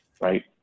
right